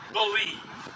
believe